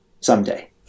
Someday